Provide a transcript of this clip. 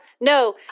no